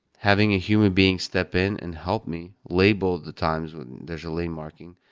having a human being step in and help me label the times when there's a lane marking.